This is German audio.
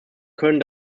können